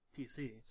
PC